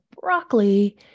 broccoli